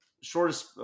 shortest